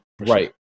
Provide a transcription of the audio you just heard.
right